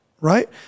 right